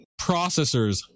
Processors